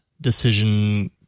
decision